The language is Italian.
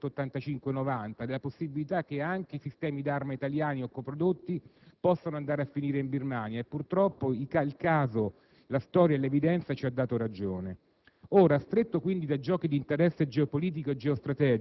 di un allentamento del controllo della legge n. 185 del 1990, della possibilità che anche sistemi d'arma italiani o coprodotti possano andare a finire in Birmania; purtroppo il caso, la storia e l'evidenza ci hanno dato ragione.